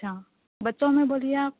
اچھا بچوں میں بولیے آپ